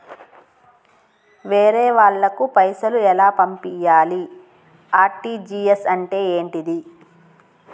వేరే వాళ్ళకు పైసలు ఎలా పంపియ్యాలి? ఆర్.టి.జి.ఎస్ అంటే ఏంటిది?